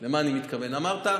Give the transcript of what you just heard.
אמרת: